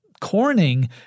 Corning